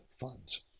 funds